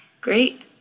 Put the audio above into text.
Great